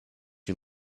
you